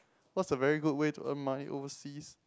what's the very good way to earn money overseas